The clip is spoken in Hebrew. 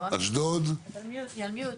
איזה הבדלים אידיאולוגיים?...